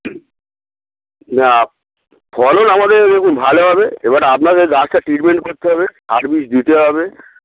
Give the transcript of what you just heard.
না ফলন আমাদের এরকম ভালো হবে এবার আপনাদের গাছটা ট্রিটমেন্ট করতে হবে সার্ভিস দিতে হবে